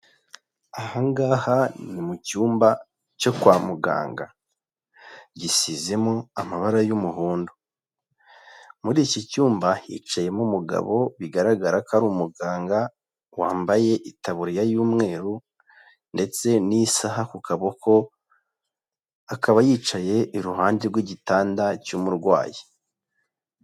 Aha ngaha ni mu cyumba cyo kwa muganga. Gisizemo amabara y'umuhondo. Muri iki cyumba hicayemo umugabo bigaragara ko ari umuganga wambaye itaburiya y'umweru ndetse n'isaha ku kaboko, akaba yicaye iruhande rw'igitanda cy'umurwayi.